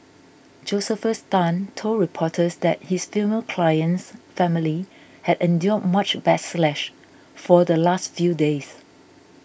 Josephus Tan told reporters that his female client's family had endured much for the last few days